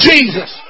Jesus